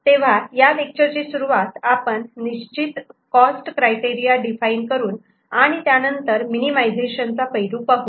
तेव्हा या लेक्चर ची सुरुवात आपण निश्चित कॉस्ट क्रायटेरिया डिफाइन करून आणि त्यानंतर मिनिमिझेशन चा पैलू पाहू